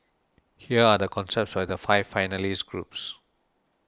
here are the concepts by the five finalist groups